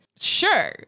Sure